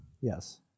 Yes